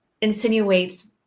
insinuates